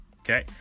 Okay